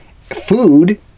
Food